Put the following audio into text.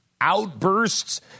outbursts